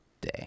Day